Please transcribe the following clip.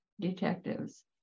detectives